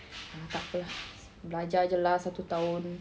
ah tak apa lah belajar jer lah satu tahun